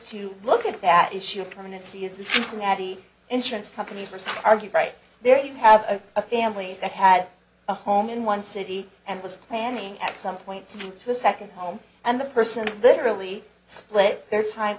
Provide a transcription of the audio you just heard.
to look at that issue of permanency is the natty insurance company for some argue right there you have a family that had a home in one city and was planning at some point to a second home and the person literally split their time